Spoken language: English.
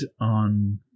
on